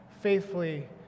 faithfully